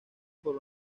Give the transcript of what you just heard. por